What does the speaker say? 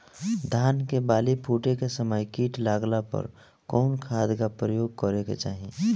धान के बाली फूटे के समय कीट लागला पर कउन खाद क प्रयोग करे के चाही?